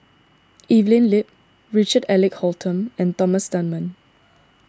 Evelyn Lip Richard Eric Holttum and Thomas Dunman